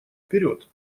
вперед